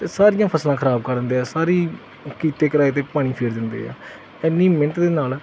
ਤੇ ਸਾਰੀਆਂ ਫਸਲਾਂ ਖਰਾਬ ਕਰ ਦਿੰਦੇ ਆ ਸਾਰੀ ਕੀਤੇ ਕਰਾਏ ਤੇ ਪਾਣੀ ਫੇਰ ਦਿੰਦੇ ਆ ਐਨੀ ਮਿਹਨਤ ਦੇ ਨਾਲ